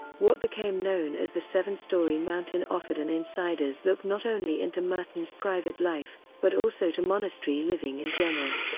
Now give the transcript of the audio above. what became known as the seven storey mountain offered an insider's look not only into merton's private life but also to monastery living in general.